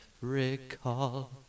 recall